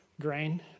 grain